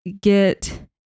get